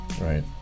right